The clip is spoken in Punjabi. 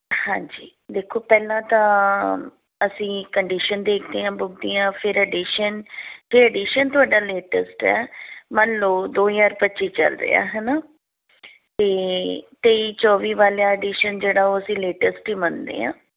ਹਾਂਜੀ ਦੇਖੋ ਪਹਿਲਾਂ ਤਾਂ ਅਸੀਂ ਕੰਡੀਸ਼ਨ ਦੇਖਦੇ ਹਾਂ ਬੁੱਕ ਦੀਆਂ ਫਿਰ ਐਡੀਸ਼ਨ ਜੇ ਐਡੀਸ਼ਨ ਤੁਹਾਡਾ ਲੇਟੈਸਟ ਹੈ ਮੰਨ ਲਓ ਦੋ ਹਜ਼ਾਰ ਪੱਚੀ ਚੱਲ ਰਿਆ ਹੈ ਨਾ ਤਾਂ ਤੇਈ ਚੌਵੀ ਵਾਲਾ ਐਡੀਸ਼ਨ ਅਸੀਂ ਲੇਟੈਸਟ ਹੀ ਮੰਨਦੇ ਹਾਂ